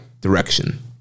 Direction